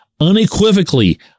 unequivocally